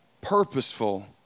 purposeful